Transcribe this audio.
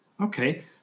Okay